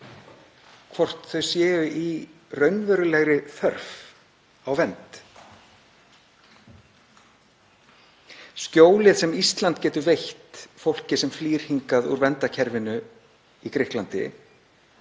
hvort þau hafi raunverulega þörf á vernd? Skjólið sem Ísland getur veitt fólki sem flýr hingað úr verndarkerfinu í Grikklandi